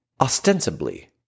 Ostensibly